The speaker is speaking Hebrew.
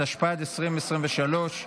התשפ"ד 2023,